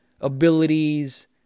abilities